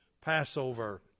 Passover